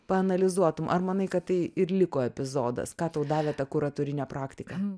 paanalizuotum ar manai kad tai ir liko epizodas ką tau davė tą kuratorinė praktika